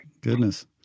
Goodness